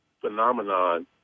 phenomenon